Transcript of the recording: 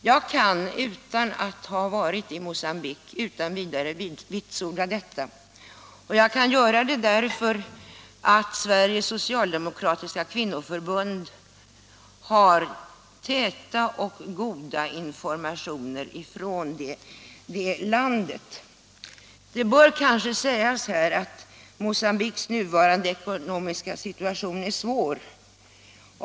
Jag kan, utan att ha varit i Mogambique, utan vidare vitsorda detta, och jag kan göra det därför att Sveriges socialdemokratiska kvinnoförbund har täta och goda informationer från det landet. Det bör kanske sägas här att Mogambiques nuvarande ekonomiska situation är svår.